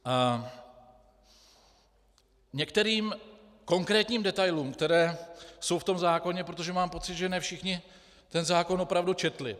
K některým konkrétním detailům, které jsou v tom zákoně, protože mám pocit, že ne všichni ten zákon opravdu četli.